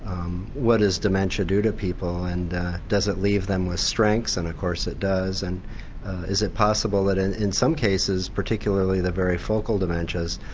what does dementia do to people and does it leave them with strengths and of course it does and is it possible that and in some cases, particularly the very focal dementias,